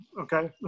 Okay